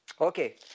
Okay